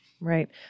Right